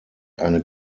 eine